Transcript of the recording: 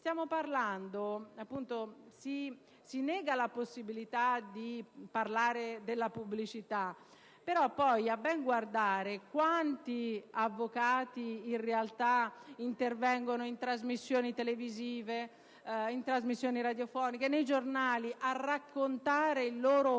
Si nega la possibilità di parlare della pubblicità, però poi, a ben guardare, quanti avvocati intervengono in trasmissioni televisive, radiofoniche, sui giornali a raccontare il loro operato